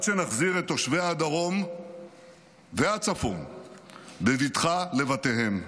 שנחזיר את תושבי הדרום והצפון בבטחה לבתיהם.